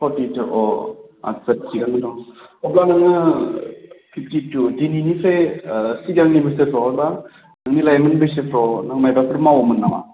forty two uh आच्छा थिकआनो दं अब्ला नोङो फिफ्टि टु दिनैनिफ्राय ओह सिगां बोसोरफ्राव एबा नोंनि लाइमोन बैसोफ्राव नों माहायबाफोर मावोमोन नामा